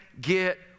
get